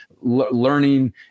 learning